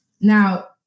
Now